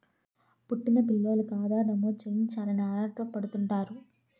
పుట్టిన పిల్లోలికి ఆధార్ నమోదు చేయించాలని ఆరాటపడుతుంటారు